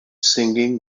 singing